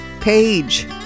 page